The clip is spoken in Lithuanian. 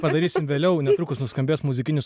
padarysim vėliau netrukus nuskambės muzikinis